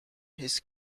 his